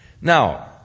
Now